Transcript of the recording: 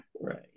Right